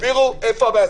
איפה הבעיה?